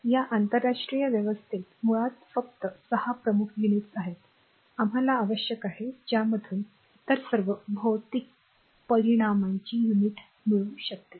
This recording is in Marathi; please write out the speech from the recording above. या आंतरराष्ट्रीय व्यवस्थेत मुळात फक्त 6 प्रमुख युनिट्स आहेत आम्हाला आवश्यक आहे ज्यामधून इतर सर्व भौतिक परिमाणांची युनिट्स मिळू शकतील